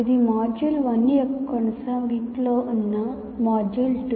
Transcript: ఇది మాడ్యూల్ 1 యొక్క కొనసాగింపులో ఉన్న మాడ్యూల్ 2